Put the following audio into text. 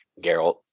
Geralt